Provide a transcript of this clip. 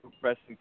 pressing